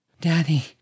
Daddy